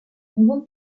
nouveau